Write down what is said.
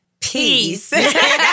Peace